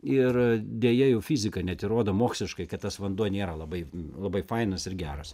ir deja jau fizika net įrodo moksliškai kad tas vanduo nėra labai labai fainas ir geras